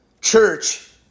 church